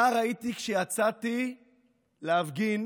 נער הייתי כשיצאתי להפגין